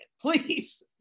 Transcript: please